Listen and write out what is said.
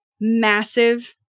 massive